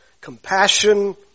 compassion